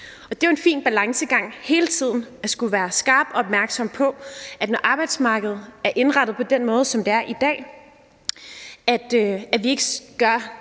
Det er jo en fin balancegang hele tiden at skulle være skarpt opmærksom på, at man, når arbejdsmarkedet er indrettet på den måde, som det er i dag, ikke gør